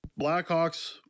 Blackhawks